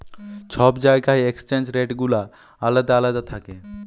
ছব জায়গার exchange rate গুলা আলেদা আলেদা থ্যাকে